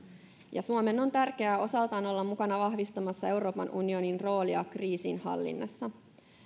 ja suomen on tärkeää osaltaan olla mukana vahvistamassa euroopan unionin roolia kriisinhallinnassa